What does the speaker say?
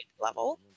level